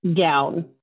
down